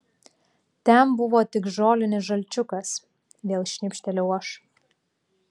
ten buvo tik žolinis žalčiukas vėl šnibžtelėjau aš